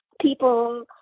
people